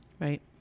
Right